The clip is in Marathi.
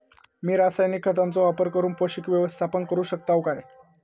मी रासायनिक खतांचो वापर करून पोषक व्यवस्थापन करू शकताव काय?